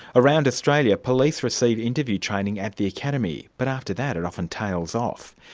around australia, police receive interview training at the academy, but after that, it often tails off.